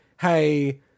Hey